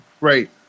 Right